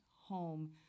home